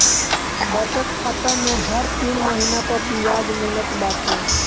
बचत खाता में हर तीन महिना पअ बियाज मिलत बाटे